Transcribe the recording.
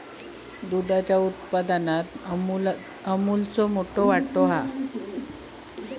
दुधाच्या उत्पादनात अमूलचो मोठो वाटो हा